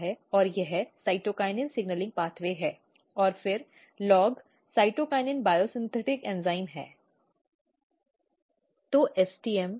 और यह cytokinin signalling मार्ग है और फिर LOG साइटोकिनिन बायोसिंथेटिक एंजाइम है